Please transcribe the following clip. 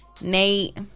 Nate